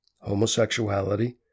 homosexuality